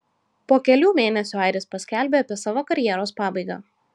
po kelių mėnesių airis paskelbė apie savo karjeros pabaigą